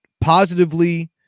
positively